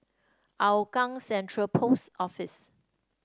Hougang Central Post Office